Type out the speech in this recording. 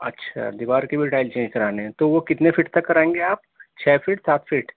اچھا دیوار کے بھی ٹائل چینج کرانے ہیں تو وہ کتنے فٹ تک کرائیں گے آپ چھ فیٹ سات فیٹ